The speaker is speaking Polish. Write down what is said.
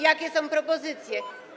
Jakie są propozycje?